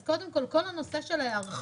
אז קודם כל כל הנושא של ההיערכות